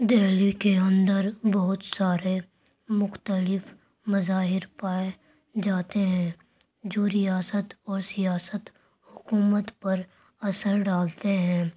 دہلی کے اندر بہت سارے مختلف مظاہر پائے جاتے ہیں جو ریاست اور سیاست حکومت پر اثر ڈالتے ہیں